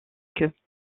queue